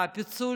פיצול